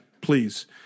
Please